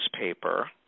newspaper